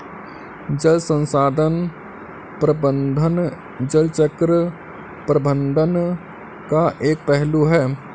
जल संसाधन प्रबंधन जल चक्र प्रबंधन का एक पहलू है